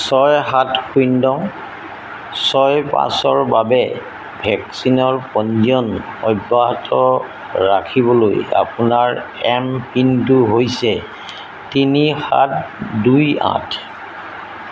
ছয় সাত শূন্য ছয় পাঁচৰ বাবে ভেকচিনৰ পঞ্জীয়ন অব্যাহত ৰাখিবলৈ আপোনাৰ এমপিনটো হৈছে তিনি সাত দুই আঠ